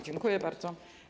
Dziękuję bardzo.